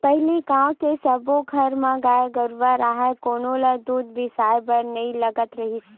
पहिली गाँव के सब्बो घर म गाय गरूवा राहय कोनो ल दूद बिसाए बर नइ लगत रिहिस